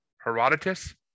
Herodotus